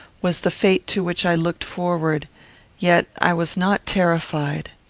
was the fate to which i looked forward yet i was not terrified.